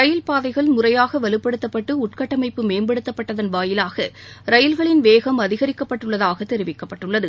ரயில் பாதைகள் முறையாக வலுப்படுத்தப்பட்டு உள்கட்டமைப்பு மேம்படுத்தப்பட்டதன் வாயிலாக ரயில்களின் வேகம் அதிகரிக்கப்பட்டுள்ளதாகத் தெரிவிக்கப்பட்டுள்ளது